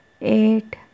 eight